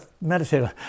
meditate